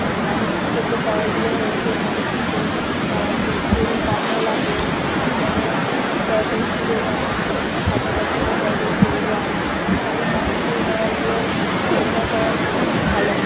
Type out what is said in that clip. হ্যাঁ ননস্টিকের যে কড়াইগুলো হয়েছে ননস্টিকের কড়াইতে তেল কমও লাগে তার জন্যও তরকারি পুড়ে যায় না ভাজা বসালে তরকারি পুড়ে যায় না তার জন্য ননস্টিকের কড়াইগুলোও ব্যবহার করা খুব ভালো